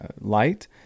light